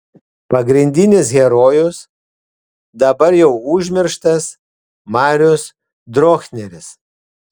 pagrindinis herojus dabar jau užmirštas marius drochneris